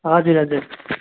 हजुर हजुर